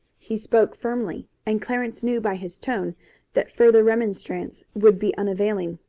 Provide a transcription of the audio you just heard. he spoke firmly, and clarence knew by his tone that further remonstrance would be unavailing,